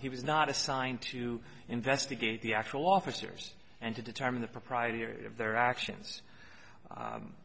he was not assigned to investigate the actual officers and to determine the propriety of their actions